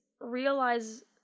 realize